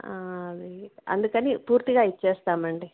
అది అందుకని పూర్తిగా ఇచ్చేస్తామండి